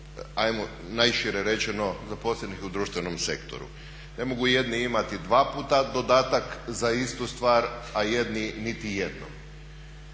najšire rečeno zaposlenih u društvenom sektoru. Ne mogu jedni imati dva puta dodatak za istu stvar, a jedni niti jednom.